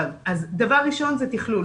דבר ראשון זה תכלול.